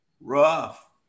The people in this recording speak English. rough